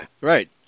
right